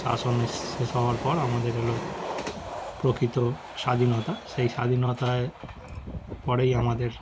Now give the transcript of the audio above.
শাসন এ শেষ হওয়ার পর আমাদের এলো প্রকৃত স্বাধীনতা সেই স্বাধীনতার পরেই আমাদের